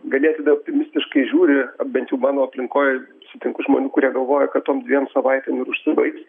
ganėtinai optimistiškai žiūri bent jau mano aplinkoj sutinku žmonių kurie galvoja kad tom dviem savaitėm ir užsibaigs